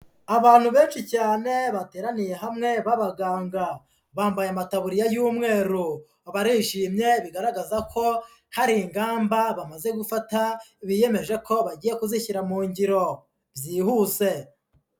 Abantu benshi cyane bateraniye hamwe b'abaganga, bambaye amataburiya y'umweru barishimye bigaragaza ko hari ingamba bamaze gufata biyemeje ko bagiye kuzishyira mu ngiro byihuse.